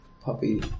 puppy